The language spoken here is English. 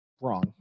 wrong